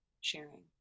sharing